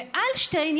ואלשטיין,